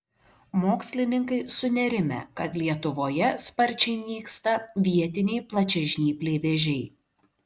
mokslininkai sunerimę kad lietuvoje sparčiai nyksta vietiniai plačiažnypliai vėžiai